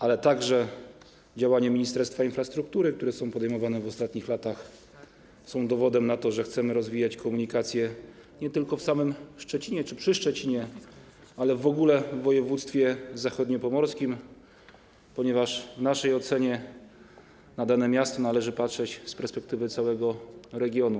Ale także działania Ministerstwa Infrastruktury, które są podejmowane w ostatnich latach, są dowodem na to, że chcemy rozwijać komunikację nie tylko w samym Szczecinie czy przy Szczecinie, ale w ogóle w województwie zachodniopomorskim, ponieważ w naszej ocenie na dane miasto należy patrzeć z perspektywy całego regionu.